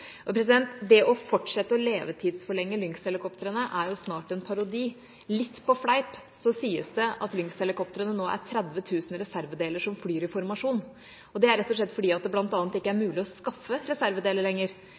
Det å fortsette å levetidsforlenge Lynx-helikoptrene er snart en parodi. Litt på fleip sies det at Lynx-helikoptrene nå er 30 000 reservedeler som flyr i formasjon. Det er rett og slett fordi det bl.a. ikke lenger er